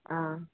आ